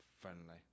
friendly